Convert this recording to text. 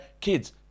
kids